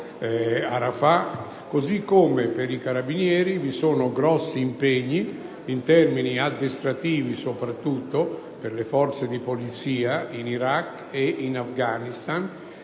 Allo stesso modo, per i Carabinieri vi sono grossi impegni, in termini addestrativi soprattutto, per le forze di polizia in Iraq e in Afghanistan.